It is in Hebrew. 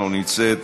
לא נמצאת,